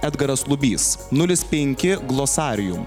edgaras lubys nulis penki glossarium